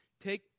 take